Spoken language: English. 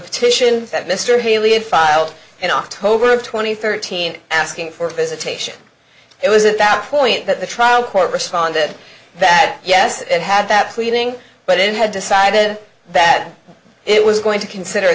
petition that mr haley had filed in october twenty third teen asking for visitation it was at that point that the trial court responded that yes it had that pleading but it had decided that it was going to consider